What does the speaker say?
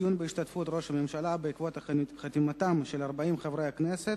דיון בהשתתפות ראש הממשלה בעקבות חתימותיהם של 40 חברי כנסת.